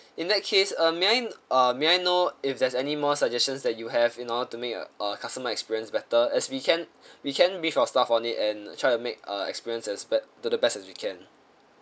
in that case um may I uh may I know if there's any more suggestions that you have in order to make uh customer experience better as we can we can brief our staff on it and a try to make uh experience as be~ to the best as we can